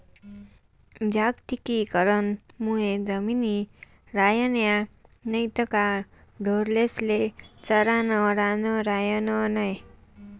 जागतिकीकरण मुये जमिनी रायन्या नैत का ढोरेस्ले चरानं रान रायनं नै